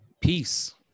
Peace